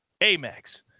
Amex